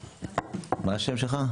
מה השם שלך?